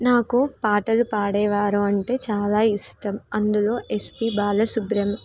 నాకు పాటలు పాడేవారు అంటే చాలా ఇష్టం అందులో ఎస్పి బాలసుబ్రం